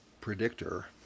predictor